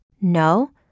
No